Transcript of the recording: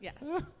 Yes